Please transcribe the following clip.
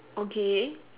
okay